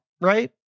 right